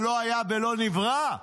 ולא היה ולא נברא.